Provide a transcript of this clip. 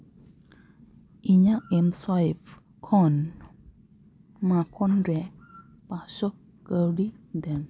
ᱤᱧᱟᱹᱜ ᱮᱢᱥᱳᱣᱟᱭᱤᱯ ᱠᱷᱚᱱ ᱢᱟᱠᱚᱱ ᱨᱮ ᱯᱟᱸᱥ ᱥᱚ ᱠᱟᱹᱣᱰᱤ ᱫᱮᱱ